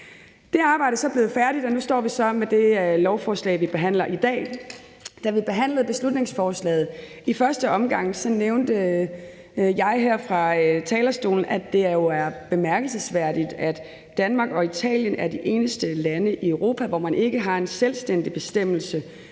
Det arbejde er så blevet færdigt, og nu står vi så med det lovforslag, vi behandler i dag. Da vi behandlede beslutningsforslaget i første omgang, nævnte jeg her fra talerstolen, at det jo er bemærkelsesværdigt, at Danmark og Italien er de eneste lande i Europa, hvor man ikke har en selvstændig bestemmelse,